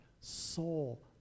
soul